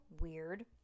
Weird